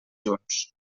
junts